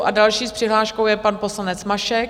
A další s přihláškou je pan poslanec Mašek.